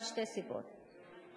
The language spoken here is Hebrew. משתי סיבות: